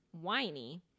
Whiny